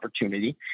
opportunity